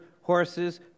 horses